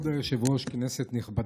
כבוד היושב-ראש, כנסת נכבדה,